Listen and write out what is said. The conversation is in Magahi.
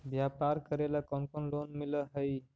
व्यापार करेला कौन कौन लोन मिल हइ?